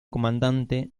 comandante